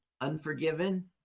Unforgiven